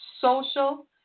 social